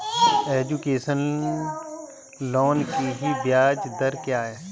Education loan की ब्याज दर क्या है?